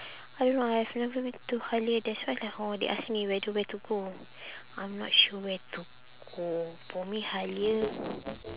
I don't know I've never been to Halia that's why like hor they ask me where to where to go I'm not sure where to go for me Halia